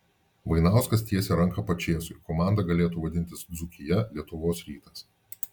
vainauskas tiesia ranką pačėsui komanda galėtų vadintis dzūkija lietuvos rytas